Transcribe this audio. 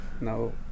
no